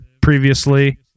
previously